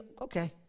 Okay